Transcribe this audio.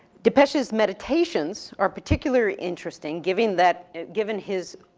depictous meditations are particular interesting giving that, giving his,